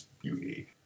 beauty